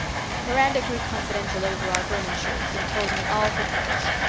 miranda grew confidential over our vermin shirts and told me all her troubles.